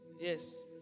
Yes